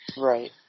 Right